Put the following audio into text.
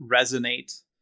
resonate